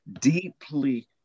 deeply